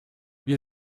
wir